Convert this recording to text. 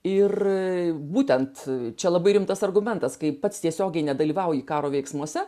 ir būtent čia labai rimtas argumentas kai pats tiesiogiai nedalyvauji karo veiksmuose